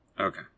Okay